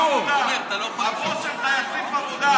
חשבתי שהבוס שלך יחליף עבודה,